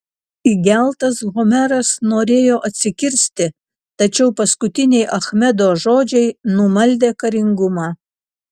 įgeltas homeras norėjo atsikirsti tačiau paskutiniai achmedo žodžiai numaldė karingumą